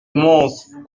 immense